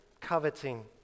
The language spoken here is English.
coveting